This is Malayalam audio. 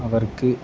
അവർക്ക്